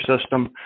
system